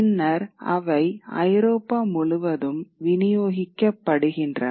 பின்னர் அவை ஐரோப்பா முழுவதும் விநியோகிக்கப்படுகின்றன